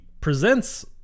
presents